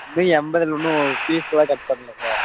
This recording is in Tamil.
இன்னும் எண்பதுல இன்னும் பீஸ் கூட கட் பண்ணலை சார்